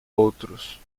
outros